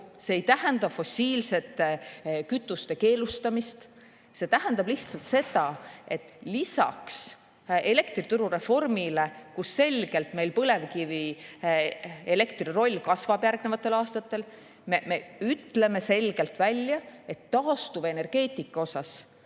see ei tähenda fossiilsete kütuste keelustamist. See tähendab lihtsalt seda, et lisaks elektrituru reformile, kus meil selgelt põlevkivielektri roll kasvab järgnevatel aastatel, me ütleme selgelt välja, et taastuvenergeetikas